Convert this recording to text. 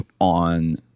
on